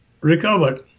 recovered